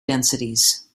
densities